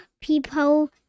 People